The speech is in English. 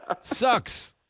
Sucks